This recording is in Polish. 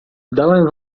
dałem